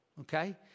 okay